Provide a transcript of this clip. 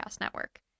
Network